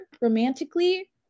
romantically